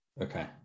Okay